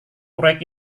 proyek